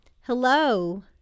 Hello